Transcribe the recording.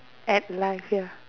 at life ya